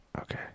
Okay